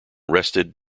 rested